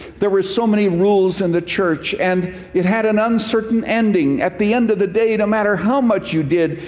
there were so many rules in the church and it had an uncertain ending. at the end of the day no matter how much you did,